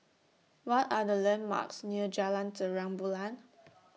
What Are The landmarks near Jalan Terang Bulan